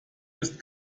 ist